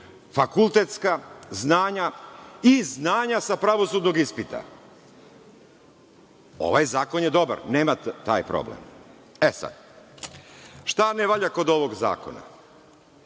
fakultetska znanja i znanja sa pravosudnog ispita. Ovaj zakon je dobar, jer nema taj problem. Šta ne valja kod ovog zakona?